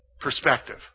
perspective